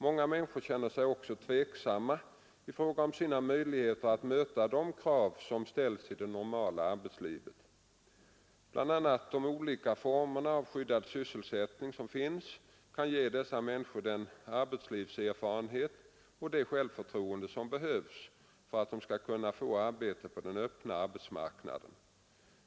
Många människor känner sig också tveksamma i fråga om sina möjligheter att möta de krav som ställs i det normala arbetslivet. Bl. a. de olika formerna av skyddad sysselsättning som finns kan ge dessa människor den arbetslivserfarenhet och det självförtroende som behövs för att de skall kunna få arbete på den öppna arbetsmarknaden.